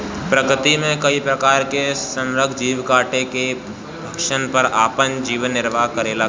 प्रकृति मे कई प्रकार के संहारक जीव कीटो के भक्षन कर आपन जीवन निरवाह करेला का?